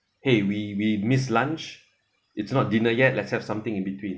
!hey! we we missed lunch it's not dinner yet let's have something in between